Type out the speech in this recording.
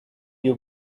you